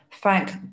thank